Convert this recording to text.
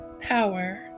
power